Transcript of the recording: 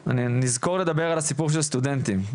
נזכור לדבר על הסיפור של סטודנטים,